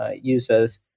users